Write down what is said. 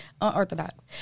unorthodox